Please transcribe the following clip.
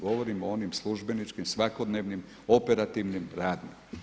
Govorim o onim službeničkim, svakodnevnim, operativnim, radnim.